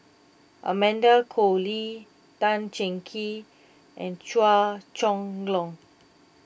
Amanda Koe Lee Tan Cheng Kee and Chua Chong Long